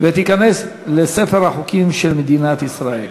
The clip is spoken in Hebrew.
ותיכנס לספר החוקים של מדינת ישראל.